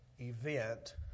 event